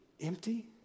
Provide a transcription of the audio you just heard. empty